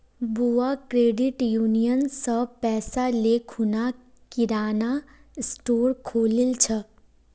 बुआ credit union स पैसा ले खूना किराना स्टोर खोलील छ